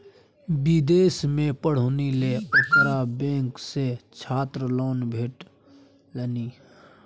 विदेशमे पढ़ौनी लेल ओकरा बैंक सँ छात्र लोन भेटलनि